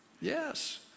Yes